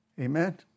Amen